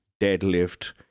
deadlift